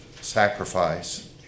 sacrifice